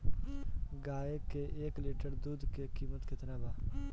गाय के एक लीटर दूध के कीमत केतना बा?